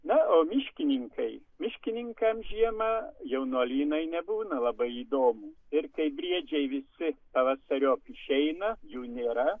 na o miškininkai miškininkam žiemą jaunuolynai nebūna labai įdomu ir kai briedžiai visi pavasariop išeina jų nėra